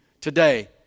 today